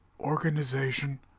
organization